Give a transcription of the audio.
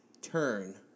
Turn